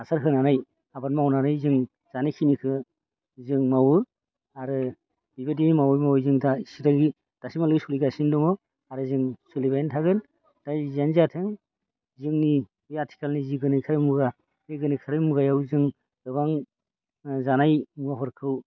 हासार होनानै आबाद मावनानै जों जानायखिनिखौ जों मावो आरो बेबायदिनो मावै मावै जों दा दासिमहालागि सोलिगासिनो दङ आरो जों सोलिबायानो थागोन दा जियानो जाथों जोंनि बे आथिखालनि जि गोनोखोयारि मुगा बे गोनोखोयारि मुगायावा जों गोबां जानाय मुवाफोरखौ